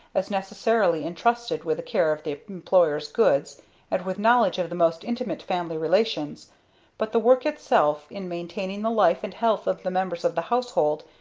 as necessarily entrusted with the care of the employer's goods and with knowledge of the most intimate family relations but the work itself, in maintaining the life and health of the members of the household,